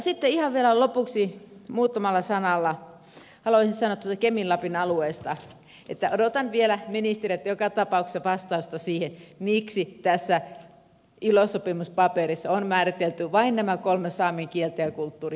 sitten ihan vielä lopuksi muutamalla sanalla haluaisin sanoa tuosta kemin lapin alueesta että odotan vielä ministereiltä joka tapauksessa vastausta siihen miksi tässä ilo sopimuspaperissa on määritelty vain nämä kolme saamen kieltä ja kulttuuria